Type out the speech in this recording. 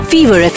Fever